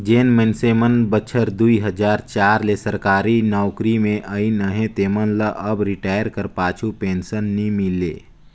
जेन मइनसे मन बछर दुई हजार चार ले सरकारी नउकरी में अइन अहें तेमन ल अब रिटायर कर पाछू पेंसन नी मिले